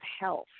health